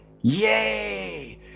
yay